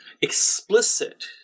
explicit